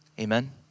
Amen